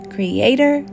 Creator